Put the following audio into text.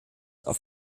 auf